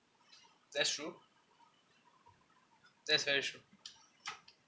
that's true that's very true